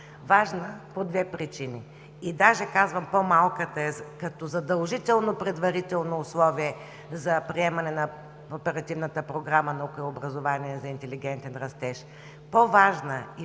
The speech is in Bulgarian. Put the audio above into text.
Важна е по две причини. Даже казвам, че по-малката е като задължително предварително условие за приемане на Оперативната програма „Наука и образование за интелигентен растеж“. По-важна и